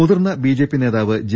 മുതിർന്ന ബിജെപി നേതാവ് ജെ